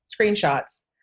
screenshots